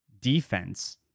defense